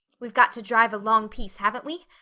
we've got to drive a long piece, haven't we?